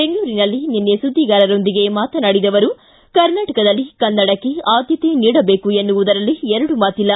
ಬೆಂಗಳೂರಿನಲ್ಲಿ ನಿನ್ನೆ ಸುಧಿಗಾರರೊಂದಿಗೆ ಮಾತನಾಡಿದ ಅವರು ಕರ್ನಾಟಕದಲ್ಲಿ ಕನ್ನಡಕ್ಕೆ ಆದ್ಯತೆ ನೀಡಬೇಕು ಎನ್ನುವುದರಲ್ಲಿ ಎರಡು ಮಾತಿಲ್ಲ